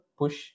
push